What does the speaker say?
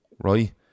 right